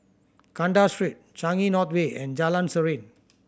Kandahar Street Changi North Way and Jalan Serene